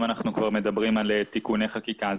אם אנחנו כבר מדברים על תיקוני חקיקה,